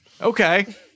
Okay